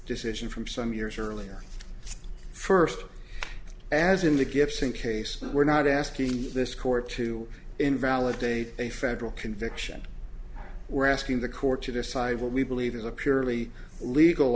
decision from some years earlier first as in the gibson case we're not asking this court to invalidate a federal conviction we're asking the court to decide what we believe is a purely legal